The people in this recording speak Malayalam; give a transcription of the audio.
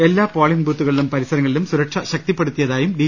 എല്ലാ പോളിംഗ് ബൂത്തു കളിലും പരിസരങ്ങളിലും സുരക്ഷ ശക്തിപ്പെടുത്തിയതായും ഡി